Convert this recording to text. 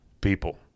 people